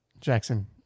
Jackson